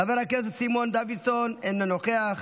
חבר הכנסת סימון דוידסון, אינו נוכח,